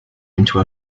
into